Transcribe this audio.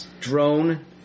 Drone